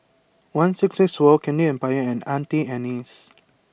one six six four Candy Empire and Auntie Anne's